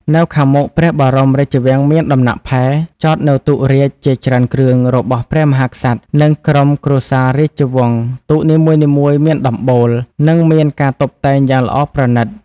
នៅខាងមុខព្រះបរមរាជវាំងមានដំណាក់ផែ ចតនៅទូករាជជាច្រើនគ្រឿង របស់ព្រះមហាក្សត្រ និង ក្រុមគ្រួសាររាជវង្ស ទូកនីមួយៗមានដំបូល និងមានការតុបតែងយ៉ាងល្អប្រណិត ។